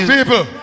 People